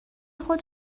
خود